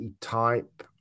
type